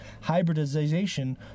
hybridization